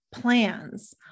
plans